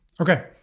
Okay